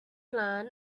plan